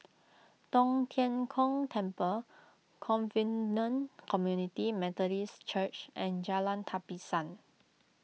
Tong Tien Kung Temple Covenant Community Methodist Church and Jalan Tapisan